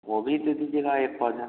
वह भी दे दीजिएगा एक पौधा